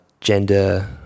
gender